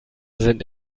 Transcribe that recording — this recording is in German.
sind